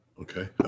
Okay